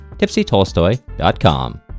tipsytolstoy.com